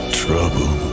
trouble